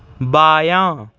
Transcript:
بایاں